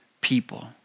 people